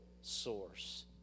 source